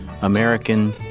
American